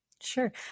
Sure